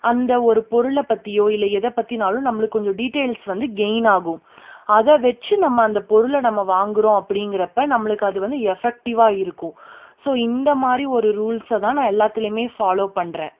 அந்த ஒரு பொருளை பற்றியோ இல்லை எதை பற்றினாலும் நம்மளுக்கு கொஞ்சம் டீட்டெயில்ஸ் வந்து கெயின் ஆகும் அதை வச்சு நம்ம அந்த பொருளை நம்ம வாங்குகிறோம் அப்படிங்கிறப்ப நம்மளுக்கு அது வந்து எஃபெக்டிவாக இருக்கும் ஸோ இந்தமாதிரி ஒரு ரூல்ஸை தான் நான் எல்லாத்துலேயுமே ஃபாலோ பண்ணுறேன்